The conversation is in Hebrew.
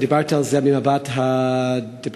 מדובר בהצעה